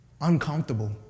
uncomfortable